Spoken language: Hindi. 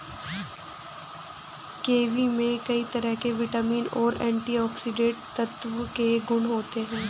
किवी में कई तरह के विटामिन और एंटीऑक्सीडेंट तत्व के गुण होते है